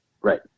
Right